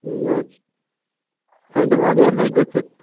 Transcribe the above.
match Sunday وغٲر ہٮ۪کہِ گٔژھِتھ